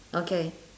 okay